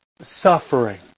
suffering